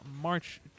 March